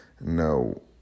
No